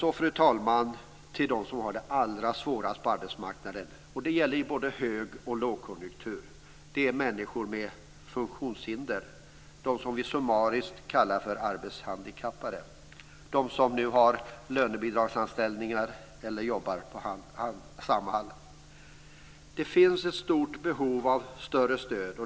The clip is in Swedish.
Så vill jag gå över till dem som har det allra svårast på arbetsmarknaden - det gäller i både hög och lågkonjunktur - dvs. människor med funktionshinder. Det är de som vi summariskt kallar för arbetshandikappade. Det är de som nu har lönebidragsanställningar eller jobbar på Samhall. Det finns ett stort behov av större stöd.